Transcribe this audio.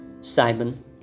Simon